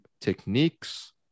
techniques